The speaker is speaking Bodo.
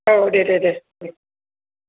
औ दे दे दे